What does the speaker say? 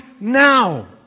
now